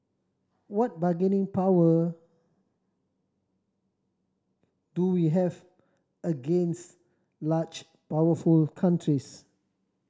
what bargaining power do we have against large powerful countries